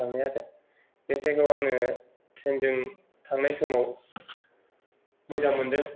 थांनाया आरो बे जायगायाव आङो ट्रेनजों थांनाय समाव